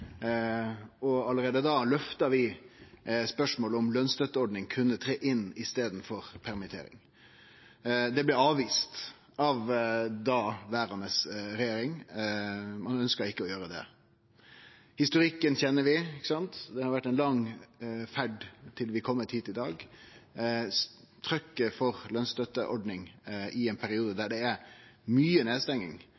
og vi løfta allereie da spørsmålet om lønsstøtteordning kunne tre inn i staden for permittering. Det blei avvist av daverande regjering. Ein ønskte ikkje å gjere det. Historikken kjenner vi. Det har vore ei lang ferd til vi har kome hit i dag. Trykket for lønsstøtteordning i ein periode